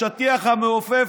השטיח המעופף,